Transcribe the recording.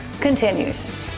continues